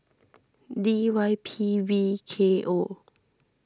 D Y P V K O